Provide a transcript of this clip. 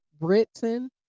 Britain